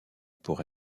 pour